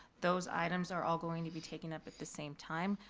those items are all going to be taken up at the same time.